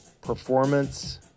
performance